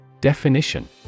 Definition